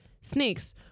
snakes